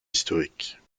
historiques